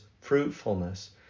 fruitfulness